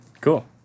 Cool